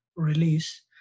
release